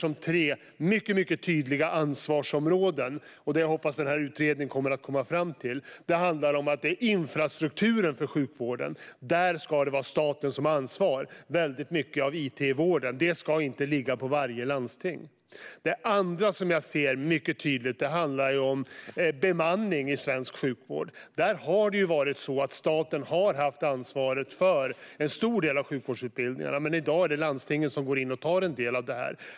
Jag ser tre mycket tydliga ansvarsområden, där det första är - och jag hoppas att utredningen kommer att komma fram till detta - att staten ska ha ansvaret för infrastrukturen i sjukvården. Väldigt mycket av it i vården ska inte ligga på varje landsting. Det andra ansvarsområdet jag mycket tydligt ser gäller bemanningen i svensk sjukvård. Det har varit så att staten har haft ansvaret för en stor del av sjukvårdsutbildningarna, men i dag går landstingen in och tar en del av detta.